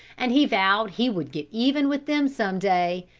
and he vowed he would get even with them some day,